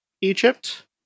Egypt